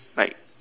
like